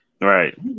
right